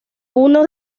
uno